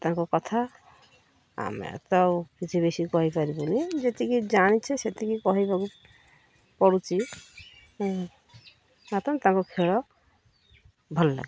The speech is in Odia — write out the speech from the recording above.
ତାଙ୍କ କଥା ଆମେ ତ କିଛି ବେଶି କହିପାରିବୁନି ଯେତିକି ଜାଣିଛେ ସେତିକି କହିବାକୁ ପଡ଼ୁଛି ତାଙ୍କ ଖେଳ ଭଲ ଲାଗେ